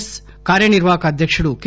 yes కార్యనిర్వాహక అధ్యకుడు K